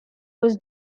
was